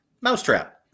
Mousetrap